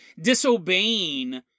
disobeying